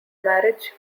marriage